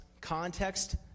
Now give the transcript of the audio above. context